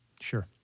Sure